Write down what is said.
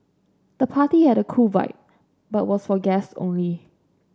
the party had a cool vibe but was for guests only